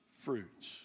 fruits